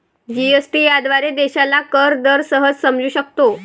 GST याद्वारे देशाला कर दर सहज समजू शकतो